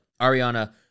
Ariana